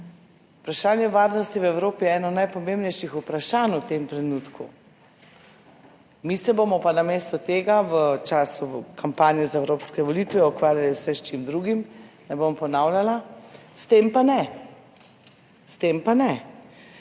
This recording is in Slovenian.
Vprašanje varnosti v Evropi je eno najpomembnejših vprašanj v tem trenutku. Mi se bomo pa namesto tega v času kampanje za Evropske volitve ukvarjali še s čim drugim, ne bom ponavljala, s tem pa ne, s tem pa ne.